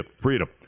Freedom